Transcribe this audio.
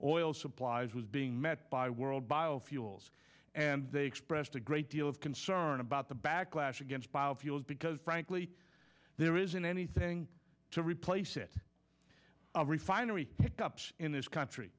oil supplies was being met by world biofuels and they expressed a great deal of concern about the backlash against biofuels because frankly there isn't anything to replace it refinery pickups in this country